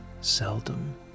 seldom